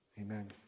Amen